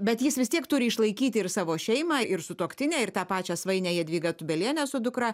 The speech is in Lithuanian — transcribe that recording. bet jis vis tiek turi išlaikyti ir savo šeimą ir sutuoktinę ir tą pačią svainę jadvyga tūbelienę su dukra